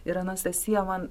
ir anastasija man